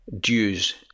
DUES